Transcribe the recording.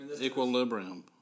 equilibrium